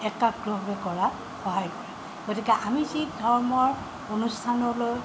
একাগ্ৰভাৱে কৰাত সহায় কৰে গতিকে আমি যি ধৰ্মৰ অনুষ্ঠানলৈ